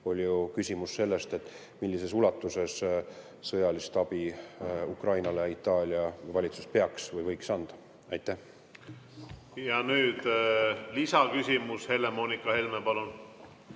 küsimus sellest, millises ulatuses sõjalist abi Ukrainale Itaalia valitsus peaks andma või võiks anda. Ja nüüd lisaküsimus. Helle-Moonika Helme, palun!